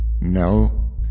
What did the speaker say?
No